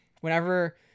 whenever